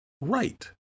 right